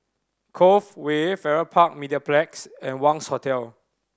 Cove Way Farrer Park Mediplex and Wangz Hotel